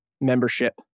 membership